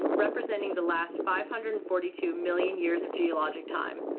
representing the last five hundred and forty two million years of geologic time.